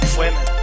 women